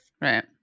Right